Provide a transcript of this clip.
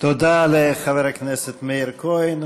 תודה לחבר הכנסת מאיר כהן.